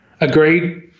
Agreed